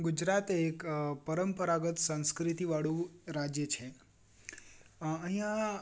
ગુજરાત એક પરંપરાગત સંસ્કૃતિવાળું રાજ્ય છે અહીંયાં